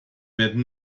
werden